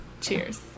cheers